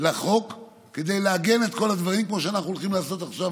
לחוק כדי לעגן את כל הדברים כמו שאנחנו הולכים לעשות עכשיו,